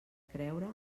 creure